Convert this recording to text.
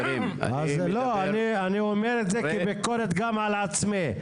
אני אומר את זה כביקורת גם על עצמי.